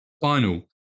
final